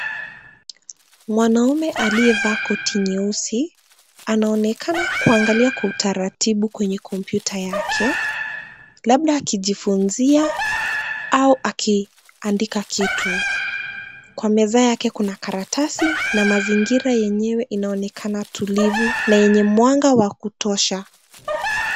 Mwanaume aliyevaa koti nyeusi anaonekana kuangalia kwa utaratibu kwenye kompyuta yake labda akijifunzia au akiandika kitu. Kwa meza yake kuna karatasi na mazingira yenyewe inaonekana tulivu na wenye mwanga wa kutosha.